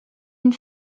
une